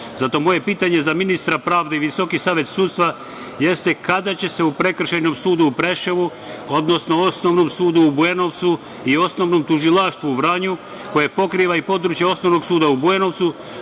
moje pitanje za ministra pravde i Visoki savet sudstva jeste – kada će se u Prekršajnom sudu u Preševu, odnosno Osnovnom sudu u Bujanovcu i Osnovnom tužilaštvu u Vranju, koje pokriva i područje Osnovnog suda u Bujanovcu,